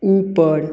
ऊपर